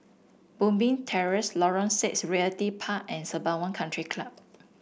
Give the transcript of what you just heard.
Moonbeam Terrace Lorong Six Realty Park and Sembawang Country Club